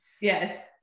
Yes